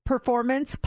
performance